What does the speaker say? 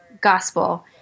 gospel